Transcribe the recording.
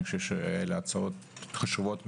אלה הצעות חשובות מאוד.